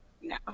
No